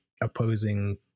opposing